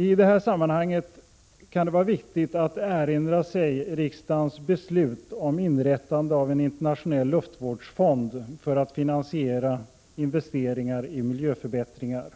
I det här sammanhanget kan det vara viktigt att erinra sig riksdagens beslut om inrättande av en internationell luftvårdsfond för finansiering av investeringar i miljöförbättringar.